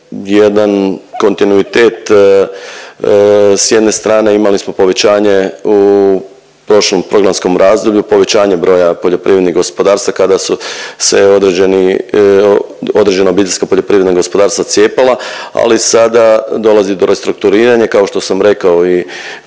jedan kontinuitet, s jedne strane imali smo povećanje u prošlom programskom razdoblju, povećanje broja poljoprivrednih gospodarstava kada su se određeni, određena biljska poljoprivredna gospodarstva cijepala, ali sada dolazi do restrukturiranja, kao što sam rekao i prije